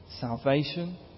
salvation